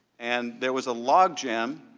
and there was a logjam